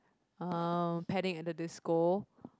uh Panic at the Disco